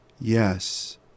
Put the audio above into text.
Yes